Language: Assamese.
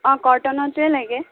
অঁ কটনৰটোৱে লাগে